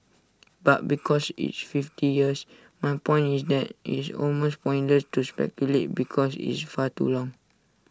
but because it's fifty years my point is that IT is almost pointless to speculate because it's far too long